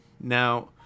Now